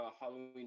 halloween